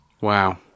Wow